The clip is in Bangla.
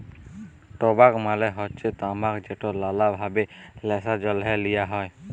টবাক মালে হচ্যে তামাক যেট লালা ভাবে ল্যাশার জ্যনহে লিয়া হ্যয়